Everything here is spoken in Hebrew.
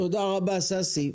תודה רבה ששי.